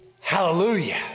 Hallelujah